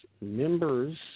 members